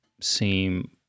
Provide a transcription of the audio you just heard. seem